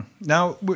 Now